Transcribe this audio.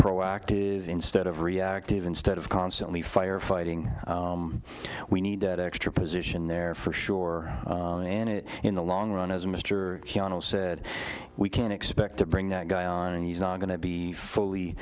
proactive instead of reactive instead of constantly fire fighting we need that extra position there for sure and it in the long run as mr said we can expect to bring that guy on and he's not going to be fully